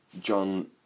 John